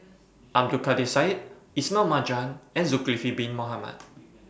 Abdul Kadir Syed Ismail Marjan and Zulkifli Bin Mohamed